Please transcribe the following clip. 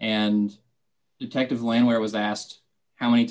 and detective land where i was asked how many